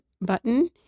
button